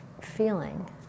feeling